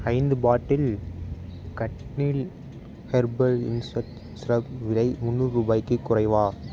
ஐந்து பாட்டில் கட்னில் herbal insect scrub விலை முன்னூறு ரூபாய்க்குக் குறைவா